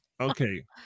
Okay